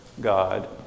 God